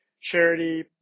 charity